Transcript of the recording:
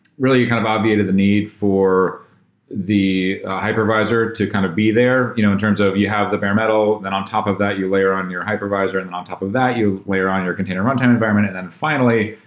really, you kind of obviated the need for the hypervisor to kind of be there you know in terms of you have the bare metal. then on top of that you layer on your hypervisor, and then and on top of that you layer on your container runtime environment. and then fi nally,